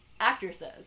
actresses